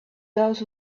those